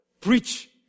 preach